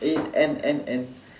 eh N N N